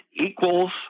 equals